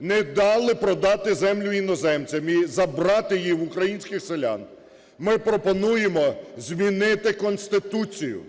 не дали продати землю іноземцям і забрати її в українських селян, ми пропонуємо змінити Конституцію.